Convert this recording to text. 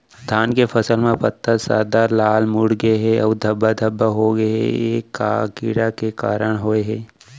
धान के फसल म पत्ता सादा, लाल, मुड़ गे हे अऊ धब्बा धब्बा होगे हे, ए का कीड़ा के कारण होय हे?